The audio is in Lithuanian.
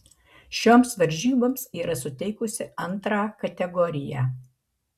šioms varžyboms yra suteikusi antrą kategoriją